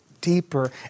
deeper